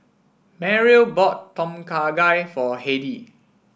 Merrill bought Tom Kha Gai for Heidy